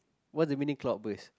whats the meaning cloud burst